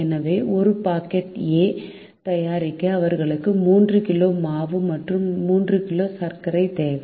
எனவே ஒரு packet A தயாரிக்க அவர்களுக்கு 3 கிலோ மாவு மற்றும் 3 கிலோ சர்க்கரை தேவை